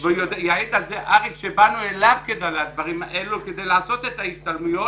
ויעיד על זה אריק שבאנו אליו עם הדברים הללו כדי לעשות את ההשתלמויות